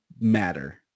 matter